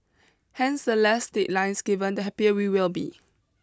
hence the less deadlines given the happier we will be